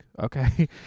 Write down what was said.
okay